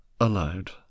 Aloud